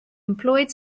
employed